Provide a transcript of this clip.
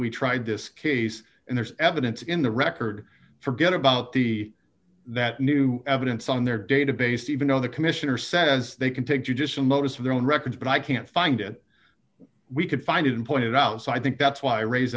we tried this case and there's evidence in the record forget about the that new evidence on their database even though the commissioner says they can take judicial notice of their own records but i can't find it we could find it and point it out so i think that's why i raise